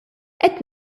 qed